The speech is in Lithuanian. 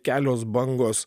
kelios bangos